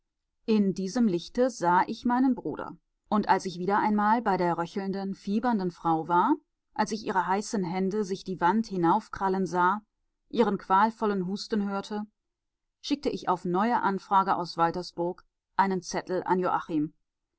in diesem lichte sah ich meinen bruder und als ich wieder einmal bei der röchelnden fiebernden frau war als ich ihre heißen hände sich die wand hinaufkrallen sah ihren qualvollen husten hörte schickte ich auf neue anfrage aus waltersburg einen zettel